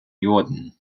jorden